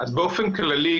באופן כללי,